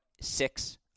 six